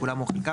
כולם או חלקם,